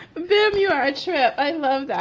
but um you are a true. i love